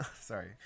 sorry